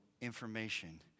information